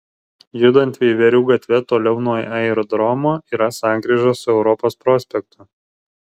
judant veiverių gatve toliau nuo aerodromo yra sankryža su europos prospektu